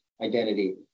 identity